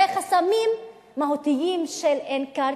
וחסמים מהותיים של אין קרקע,